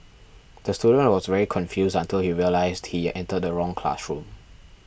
the student was very confused until he realised he entered the wrong classroom